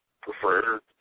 prefer